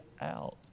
out